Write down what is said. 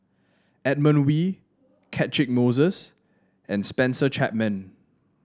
Edmund Wee Catchick Moses and Spencer Chapman